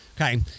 Okay